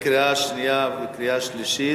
קריאה שנייה וקריאה שלישית.